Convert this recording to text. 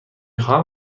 خواهم